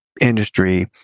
industry